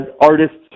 artists